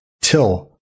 till